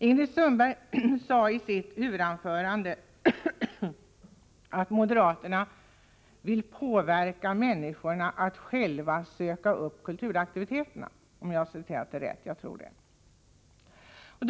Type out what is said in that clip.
Ingrid Sundberg sade i sitt huvudanförande att moderaterna vill påverka människorna att själva söka upp kulturaktiviteterna — jag tror att jag återger uttalandet rätt.